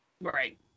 Right